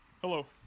Hello